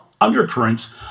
undercurrents